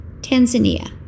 Tanzania